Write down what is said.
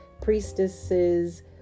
priestesses